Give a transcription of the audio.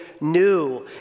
new